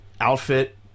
outfit